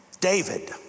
David